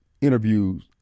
interviews